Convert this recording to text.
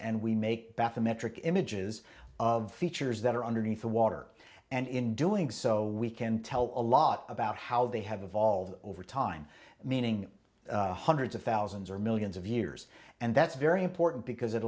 and we make bathymetric images of features that are underneath the water and in doing so we can tell a lot about how they have evolved over time meaning hundreds of thousands or millions of years and that's very important because it